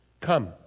Come